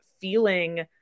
feeling